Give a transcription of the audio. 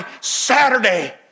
Saturday